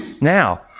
Now